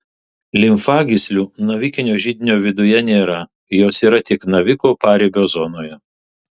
limfagyslių navikinio židinio viduje nėra jos yra tik naviko paribio zonoje